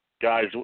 Guys